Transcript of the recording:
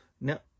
now